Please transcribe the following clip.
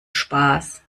spaß